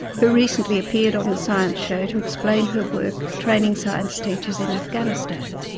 who recently appeared on the science show to explain her work training science teachers in afghanistan.